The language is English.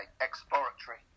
exploratory